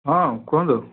ହଁ କୁହନ୍ତୁ